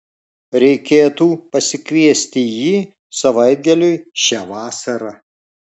reikėtų pasikviesti jį savaitgaliui šią vasarą